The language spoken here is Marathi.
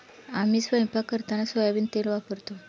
आम्ही स्वयंपाक करताना सोयाबीन तेल वापरतो